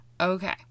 Okay